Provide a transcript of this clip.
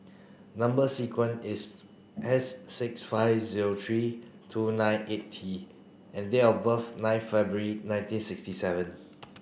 number sequence is S six five zero three two nine eight T and date of birth nine February nineteen sixty seven